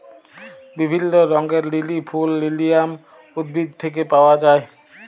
বিভিল্য রঙের লিলি ফুল লিলিয়াম উদ্ভিদ থেক্যে পাওয়া যায়